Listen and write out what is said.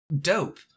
dope